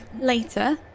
later